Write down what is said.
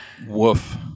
Woof